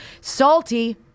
Salty